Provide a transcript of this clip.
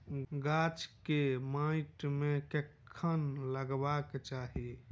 गाछ केँ माइट मे कखन लगबाक चाहि?